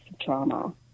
trauma